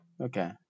Okay